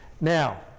Now